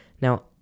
Now